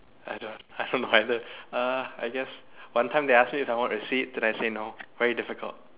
I don't know I have no idea uh I guess one time they ask me if I want receipt then I say no very difficult